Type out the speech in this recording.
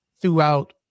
throughout